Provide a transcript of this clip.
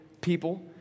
people